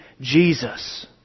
Jesus